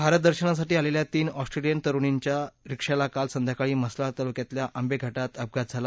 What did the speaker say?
भारत दर्शनासाठी आलेल्या तीन ऑस्ट्रेलियन तरूणीच्या रिक्षाला काल संध्याकाळी म्हसळा तालुक्यातील आंबेतघाटात अपघात झाला